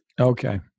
Okay